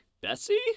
Bessie